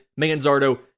Manzardo